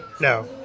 No